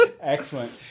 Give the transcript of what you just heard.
excellent